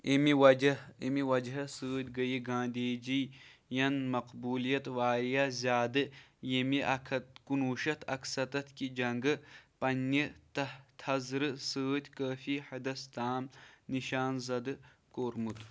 امہِ وجہ اَمہِ وجہہ ستۭۍ گٔیہِ گاندھی جی ین مقبولیت واریاہ زیادٕ ییٚمہِ اکھ ہَتھ کُنہٕ وُہ شیٚتھ اکھ سَتتھ کہِ جنگہٕ پنٕنہِ تھزرٕ ستۍ کٲفی حدس تام نِشان زدٕ کوٚرمُت